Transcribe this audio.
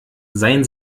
seien